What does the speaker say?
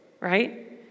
right